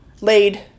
laid